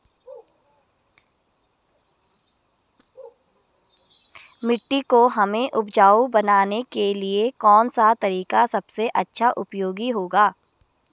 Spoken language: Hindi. मिट्टी को हमें उपजाऊ बनाने के लिए कौन सा तरीका सबसे अच्छा उपयोगी होगा?